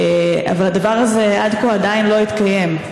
אבל הדבר הזה עד כה, עדיין, לא התקיים.